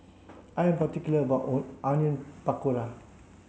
I am particular about Onion Pakora